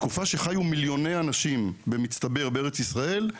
בתקופה שחיו מיליוני אנשים במצטבר בישראל,